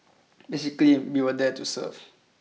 basically we were there to serve